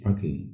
Okay